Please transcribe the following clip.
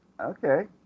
okay